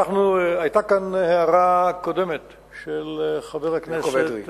היתה כאן הערה קודמת של חבר הכנסת